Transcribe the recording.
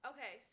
Okay